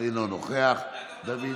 אינו נוכח, דוד ביטן,